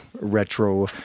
retro